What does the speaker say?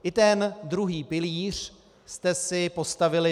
I ten druhý pilíř jste si postavili vy.